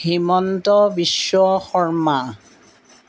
Himanta Biswa Sharma